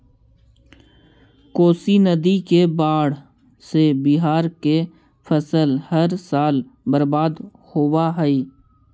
कोशी नदी के बाढ़ से बिहार के फसल हर साल बर्बाद होवऽ हइ